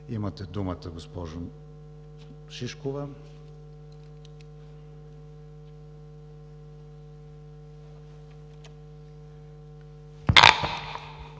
Имате думата, госпожо Шишкова.